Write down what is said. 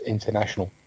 International